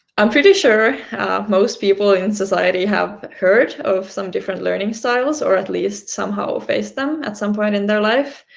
i'm pretty sure most people in society have heard of some different learning styles, or at least somehow faced them at some point in their life,